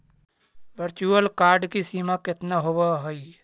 virtual card की सीमा केतना होवअ हई